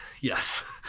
yes